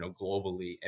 globally